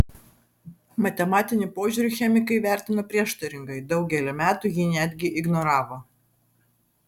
matematinį požiūrį chemikai vertino prieštaringai daugelį metų jį netgi ignoravo